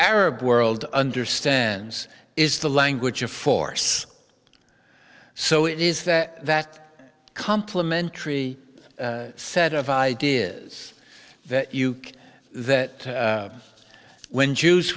arab world understands is the language of force so it is that that complementary set of ideas that you that when jews